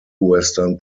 western